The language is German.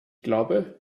glaube